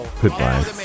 Goodbye